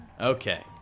Okay